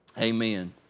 Amen